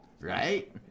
Right